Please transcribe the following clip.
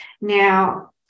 Now